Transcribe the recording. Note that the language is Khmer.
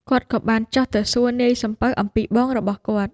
គាត់ក៏បានចុះទៅសួរនាយសំពៅអំពីបងរបស់គាត់។